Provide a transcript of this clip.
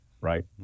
right